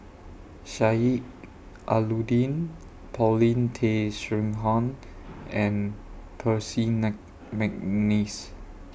Sheik Alau'ddin Paulin Tay Straughan and Percy MC Mcneice